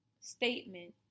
statement